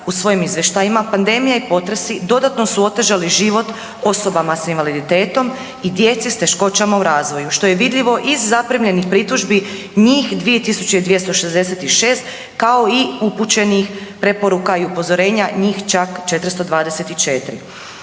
u svojim izvještajima, pandemija i potresi dodano su otežali život osobama s invaliditetom i djeci s teškoćama u razvoju što je vidljivo iz zaprimljenih pritužbi njih 2266 kao i upućenih preporuka i upozorenja njih čak 424.